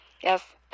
Yes